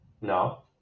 no